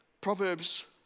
Proverbs